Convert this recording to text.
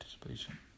participation